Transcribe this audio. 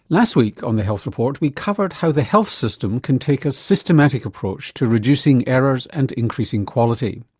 last week on the health report we covered how the health system can take a systematic approach to reducing errors and increasing quality.